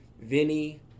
Vinny